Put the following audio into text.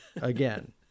again